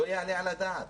לא יעלה על הדעת.